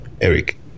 Eric